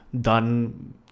done